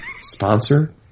sponsor